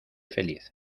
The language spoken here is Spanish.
feliz